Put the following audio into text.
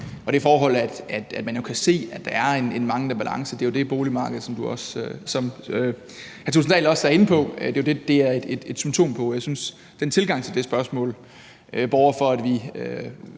og det forhold, at man jo kan se, at der er en manglende balance, og at det er det, boligmarkedet, som hr. Kristian Thulesen Dahl også var inde på, jo et symptom på. Jeg synes, at den tilgang til det spørgsmål, borger for, at vi